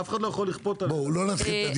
ואף אחד לא יכול לכפות --- בואו לא נתחיל את הדיון,